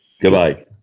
Goodbye